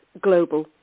global